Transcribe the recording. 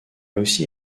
aussi